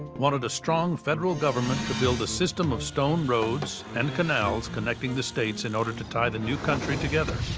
wanted a strong federal government to build a system of stone roads and canals connecting the states in order to tie the new country together.